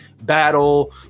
battle